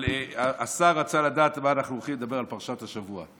אבל השר רצה לדעת על מה אנחנו הולכים לדבר על פרשת השבוע.